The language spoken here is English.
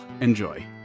Enjoy